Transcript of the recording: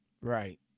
Right